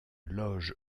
loges